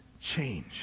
change